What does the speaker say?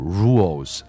rules